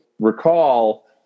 recall